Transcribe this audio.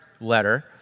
letter